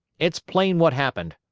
it's plain what happened,